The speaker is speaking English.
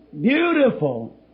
beautiful